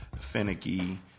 finicky